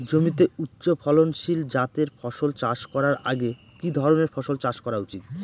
জমিতে উচ্চফলনশীল জাতের ফসল চাষ করার আগে কি ধরণের ফসল চাষ করা উচিৎ?